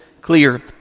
clear